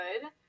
good